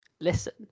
listen